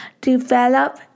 Develop